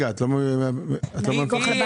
את לא מהפיקוח על הבנקים?